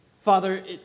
Father